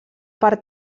per